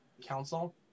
Council